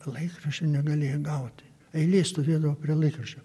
laikraščių negalėjai gauti eilėj stovėdavo prie laikraščio